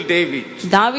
David